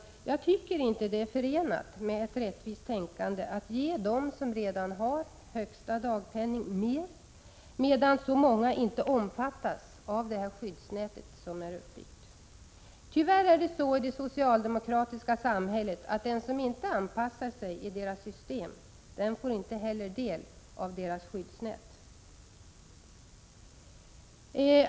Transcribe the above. Jag tycker inte det är förenat med ett rättvist tänkande att ge dem som redan har högsta dagpenning mer, medan så många inte omfattas av skyddsnätet. Tyvärr är det så i socialdemokraternas samhälle, att den som inte anpassar sig till deras system inte heller får del av deras skyddsnät.